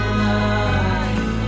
life